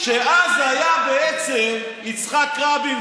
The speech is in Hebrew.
שאז זה היה יצחק רבין,